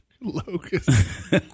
locust